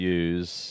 use